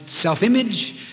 self-image